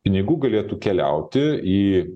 pinigų galėtų keliauti į